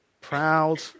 Proud